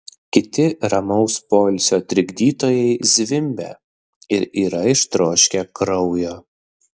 kiti ramaus poilsio trikdytojai zvimbia ir yra ištroškę kraujo